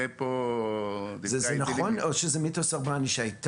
זה --- זה נכון או שזה מיתוס שהייתה